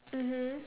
mmhmm